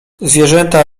zwierzęta